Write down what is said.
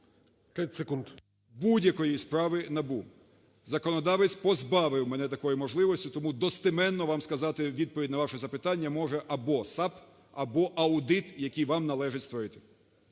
будь-якої справи НАБУ. Законодавець позбавив мене такої можливості, тому достеменно вам сказати відповідь на ваше запитання може або САП, або аудит, який вам належить створити.